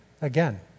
again